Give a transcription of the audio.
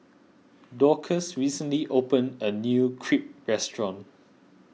Dorcas recently opened a new Crepe restaurant